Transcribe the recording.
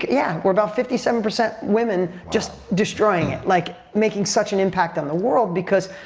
yeah, we're about fifty seven percent women just destroying it. like, making such an impact on the world because